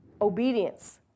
Obedience